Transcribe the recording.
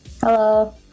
Hello